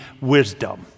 wisdom